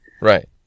Right